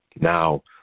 Now